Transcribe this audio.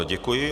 Děkuji.